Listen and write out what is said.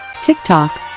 TikTok